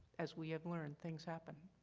as we have learned, things happen,